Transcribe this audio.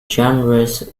genres